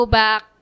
back